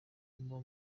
muba